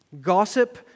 Gossip